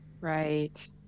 Right